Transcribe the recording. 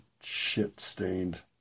shit-stained